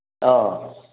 ꯑꯧ